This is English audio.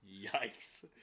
Yikes